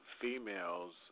females